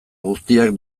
guztiak